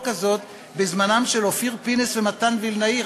הזאת בזמנם של אופיר פינס ומתן וילנאי,